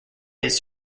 his